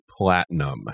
Platinum